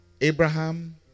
Abraham